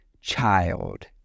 child